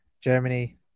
Germany